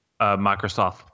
Microsoft